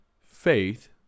faith